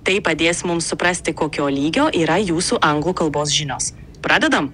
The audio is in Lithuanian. tai padės mums suprasti kokio lygio yra jūsų anglų kalbos žinios pradedam